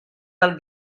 del